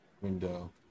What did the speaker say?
window